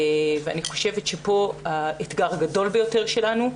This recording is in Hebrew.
אני חושב שפה האתגר הגדול שלנו.